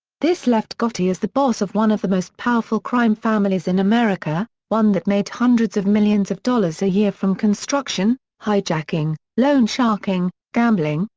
this left gotti as the boss of one of the most powerful crime families in america, one that made hundreds of millions of dollars a year from construction, hijacking, loan sharking, gambling,